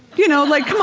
you know like, come on,